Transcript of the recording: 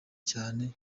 cyane